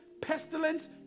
pestilence